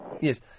Yes